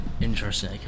interesting